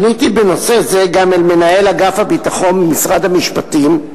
פניתי בנושא זה גם אל מנהל אגף הביטחון במשרד המשפטים,